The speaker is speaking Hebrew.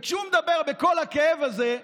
וכשהוא מדבר בכל הכאב הזה,